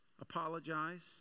Apologize